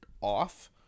off